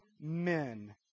men